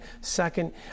Second